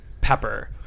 Pepper